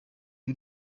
y’u